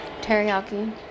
Teriyaki